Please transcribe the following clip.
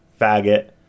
faggot